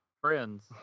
Friends